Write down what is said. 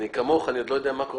אני כמוך עוד לא יודע מה קורה